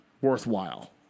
worthwhile